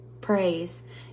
praise